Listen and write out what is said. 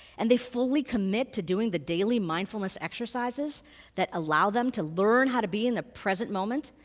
and they fully commit to doing the daily mindfulness exercises that allow them to learn how to be in the present moment,